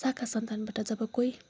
साखा सन्तानबाट जब कोही